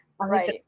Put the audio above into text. Right